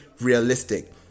realistic